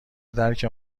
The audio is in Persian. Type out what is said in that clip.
درک